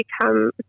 become